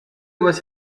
was